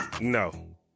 No